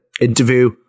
interview